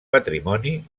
patrimoni